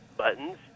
buttons